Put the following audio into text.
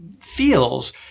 feels